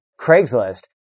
Craigslist